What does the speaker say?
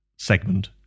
Segment